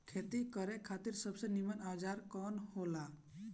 खेती करे खातिर सबसे नीमन औजार का हो ला?